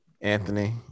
Anthony